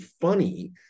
funny